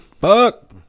fuck